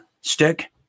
stick